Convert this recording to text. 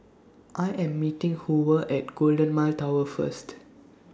I Am meeting Hoover At Golden Mile Tower First